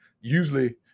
usually